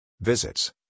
Visits